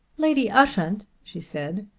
lady ushant, she said,